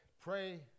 pray